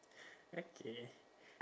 okay